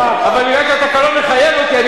אבל מכיוון שהתקנון מחייב אותי,